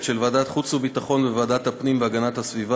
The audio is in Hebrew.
לוועדת החוץ והביטחון ולוועדת הפנים והגנת הסביבה